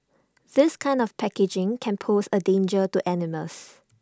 this kind of packaging can pose A danger to animals